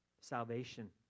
salvation